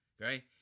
Right